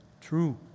true